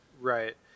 Right